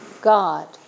God